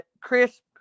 crisp